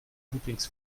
loopings